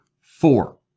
four